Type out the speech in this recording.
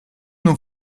non